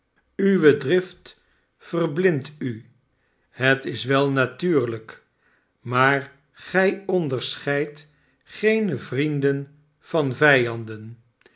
uwe drift verblindt u het is wel natuurlijk maar gij onderscheidt geene vrienden van vijanden